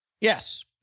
Yes